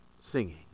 singing